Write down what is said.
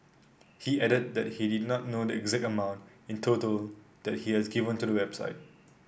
he added that he did not know the exact amount in total that he has given to the website